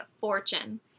fortune